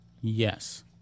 Yes